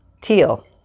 Teal